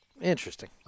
Interesting